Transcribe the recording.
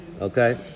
Okay